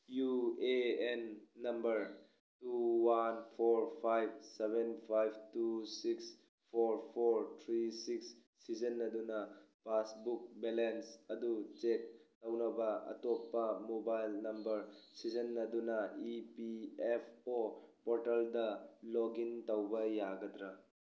U A N number two one four five seven five two six four four three six ꯁꯤꯖꯤꯟꯅꯗꯨꯅ passbook balance ꯑꯗꯨ check ꯇꯧꯅꯕ ꯑꯇꯣꯞꯄ mobile number ꯁꯤꯖꯤꯟꯅꯗꯨꯅ E P F O ꯄꯣꯔꯇꯜꯗ login ꯇꯧꯕ ꯌꯥꯒꯗ꯭ꯔꯥ